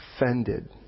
offended